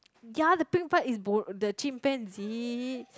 ya the pink part is bo~ the chimpanzee